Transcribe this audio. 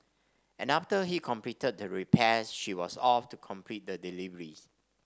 and after he completed the repairs she was off to complete the delivery